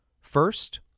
first